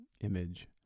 image